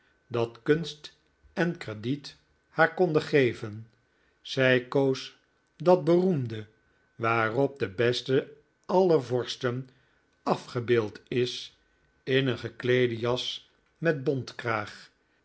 dat kunst en crediet haar konden geven zij koos dat beroemde waarop de beste aller vorsten afgebeeld is in een gekleede jas met